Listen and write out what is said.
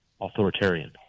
authoritarian